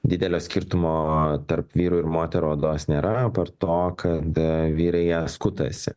didelio skirtumo tarp vyrų ir moterų odos nėra apart to kad vyrai jie skutasi